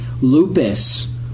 lupus